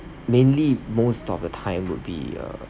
mainly most of the time would be uh